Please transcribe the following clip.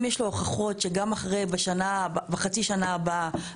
אם יש לו הוכחות שגם בחצי השנה שלאחר אחרי